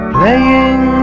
Playing